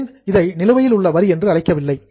ஏன் இதை நிலுவையில் உள்ள வரி என்று அழைக்கவில்லை